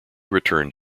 returned